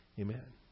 Amen